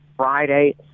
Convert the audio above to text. Friday